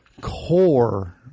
core